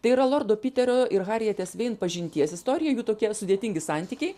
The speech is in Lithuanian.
tai yra lordo piterio ir harietės vein pažinties istorija jų tokie sudėtingi santykiai